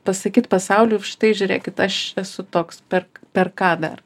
pasakyt pasauliui štai žiūrėkit aš esu toks per per ką dar